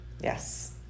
Yes